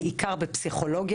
בעיקר בפסיכולוגיה,